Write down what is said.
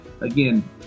Again